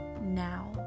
now